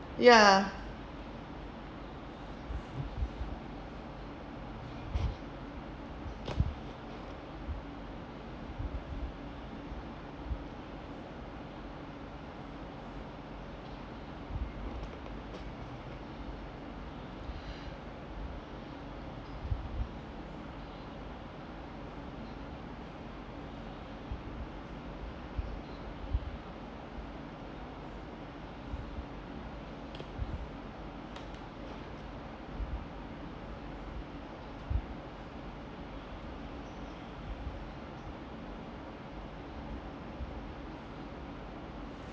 ya